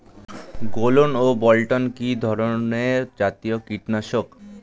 গোলন ও বলটন কি ধরনে জাতীয় কীটনাশক?